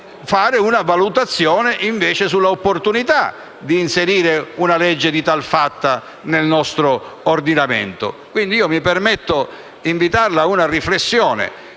fare una valutazione sull'opportunità di inserire una legge di tal fatta nel nostro ordinamento. Quindi mi permetto di invitarla a una riflessione,